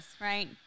right